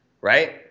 right